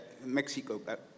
Mexico